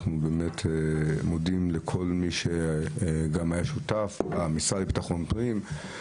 אנחנו מודים גם לכל מי שהיה שותף במשרד לביטחון הפנים,